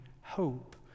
hope